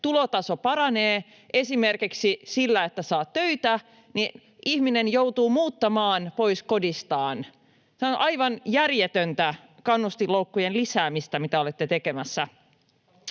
tulotaso paranee esimerkiksi sillä, että saa töitä, niin ihminen joutua muuttamaan pois kodistaan. Se on aivan järjetöntä kannustinloukkujen lisäämistä, mitä olette tekemässä.